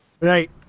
Right